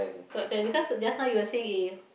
top ten because just now you were saying A